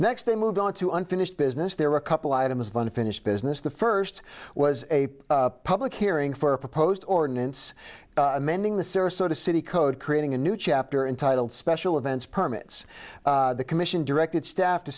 next they moved on to unfinished business there were a couple items of unfinished business the first was a public hearing for a proposed ordinance amending the sarasota city code creating a new chapter entitled special events permits the commission directed staff to